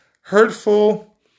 hurtful